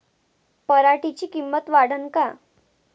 पराटीची किंमत वाढन का?